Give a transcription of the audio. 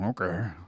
Okay